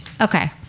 Okay